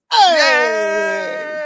Yay